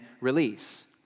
release